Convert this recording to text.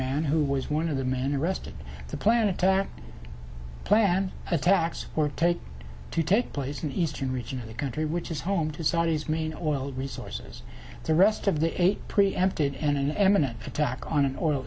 man who was one of the men arrested to plan attacks planned attacks or take to take place in eastern region of the country which is home to saudis main oil resources the rest of the eight preempted and imminent attack on an oil